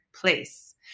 place